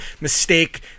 mistake